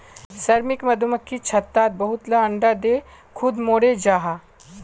श्रमिक मधुमक्खी छत्तात बहुत ला अंडा दें खुद मोरे जहा